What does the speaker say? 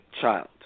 child